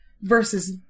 versus